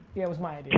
it was my idea.